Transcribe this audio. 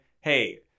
hey